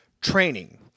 training